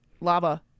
lava